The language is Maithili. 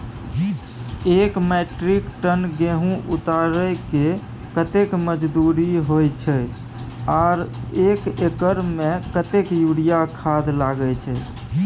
एक मेट्रिक टन गेहूं उतारेके कतेक मजदूरी होय छै आर एक एकर में कतेक यूरिया खाद लागे छै?